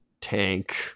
tank